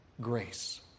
grace